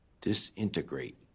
disintegrate